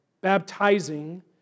baptizing